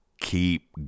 Keep